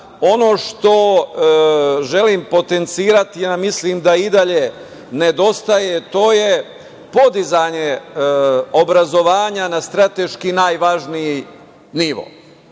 ono što želim potencirati, ja mislim da i dalje nedostaje, to je podizanje obrazovanja na strateški najvažniji